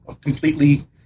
completely